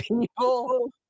People